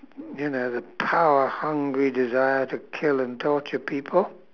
you know the power hungry desire to kill and torture people